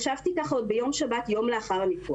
ישבתי כך כבר ביום שבת יום לאחר הניתוח.